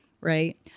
right